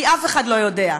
כי אף אחד לא יודע.